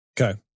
Okay